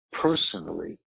personally